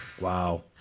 Wow